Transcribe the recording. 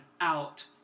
out